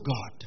God